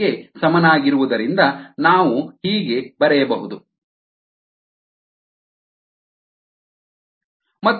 ಹೀಗೆ ಬರೆಯಬಹುದು xA xAL NAKx ಮತ್ತು ರ RHS ಗಳನ್ನು ಸಮಾನವಾಗಿಸಿದರೆ ನಾವು ಪಡೆಯುವುದು 1Kx1mky 1kx